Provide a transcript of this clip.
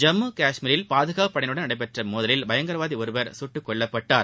ஜம்மு காஷ்மீரில் பாதுகாப்பு படையினருடன் நடைபெற்ற மோதலில் பயங்கரவாதி ஒருவர் கட்டுக்கொல்லப்பட்டார்